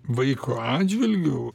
vaiko atžvilgiu